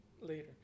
Later